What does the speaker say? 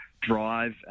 drive